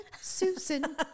Susan